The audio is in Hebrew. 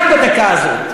רק בדקה הזאת.